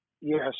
Yes